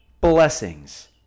blessings